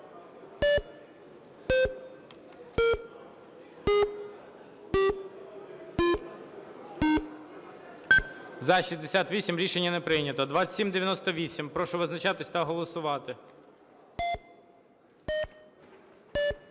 За-64 Рішення не прийнято. 2894 – прошу визначатись та голосувати.